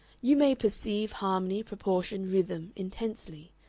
you may perceive harmony, proportion, rhythm, intensely.